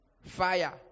fire